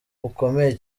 bukomeye